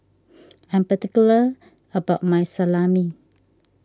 I'm particular about my Salami